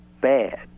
bad